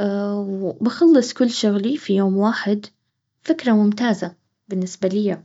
وبخلص كل شغلي في يوم واحد فكرة ممتازة بالنسبة لي